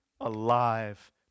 alive